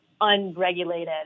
unregulated